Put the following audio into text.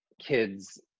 kids